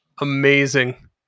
amazing